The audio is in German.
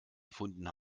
gefunden